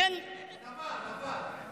היה צריך ללכת, נפל, נפל.